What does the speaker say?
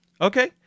Okay